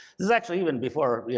this is actually even before,